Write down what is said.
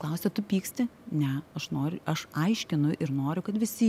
klausia tu pyksti ne aš noriu aš aiškinu ir noriu kad visi